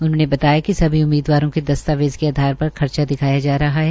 उन्होंने बताया कि सभी उम्मीदवारों के दस्तावेज के आधार पर खर्चा दिखाया जा रहा है